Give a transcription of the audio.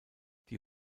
die